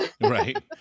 Right